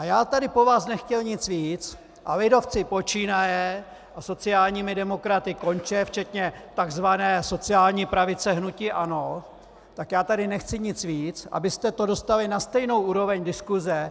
Já tady po vás nechtěl nic víc, a lidovci počínaje a sociálními demokraty konče včetně takzvané sociální pravice hnutí ANO, tak já tady nechci nic víc, než abyste to dostali na stejnou úroveň diskuse.